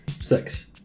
Six